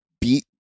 beat